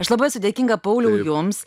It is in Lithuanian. aš labai esu dėkinga pauliau jums